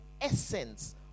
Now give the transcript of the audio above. essence